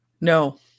No